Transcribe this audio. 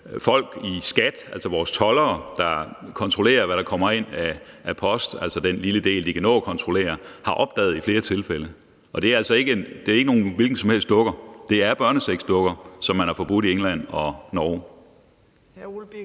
folk i skattevæsenet, altså vores toldere, der kontrollerer, hvad der kommer ind af post, altså den lille del, de kan nå at konrollere, har opdaget i flere tilfælde, og det er ikke hvilke som helst dukker, det er børnesexdukker som dem, man har forbudt i England og Norge.